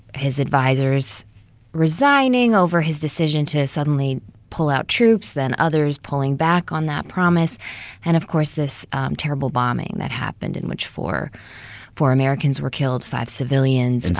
his advisors resigning over his decision to suddenly pull out troops, then others pulling back on that promise and, of course, this terrible bombing that happened in which four four americans were killed, five civilians. and